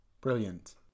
Brilliant